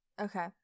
Okay